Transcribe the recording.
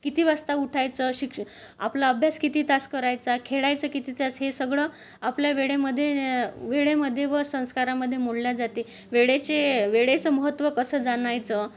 किती वाजता उठायचं शिक आपला अभ्यास किती तास करायचा खेळायचं किती तास हे सगळं आपल्या वेळेमध्ये वेळेमध्ये व संस्कारामध्ये मोडल्या जाते वेळेचे वेळेचं महत्त्व कसं जाणायचं